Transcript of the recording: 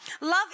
Love